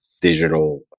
digital